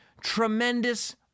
tremendous